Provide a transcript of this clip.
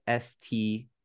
ST